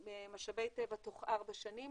במשאבי טבע תוך ארבע שנים,